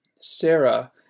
Sarah